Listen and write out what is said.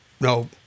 no